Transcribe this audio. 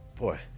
boy